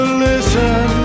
listen